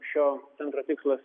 šio centro tikslas